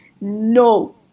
No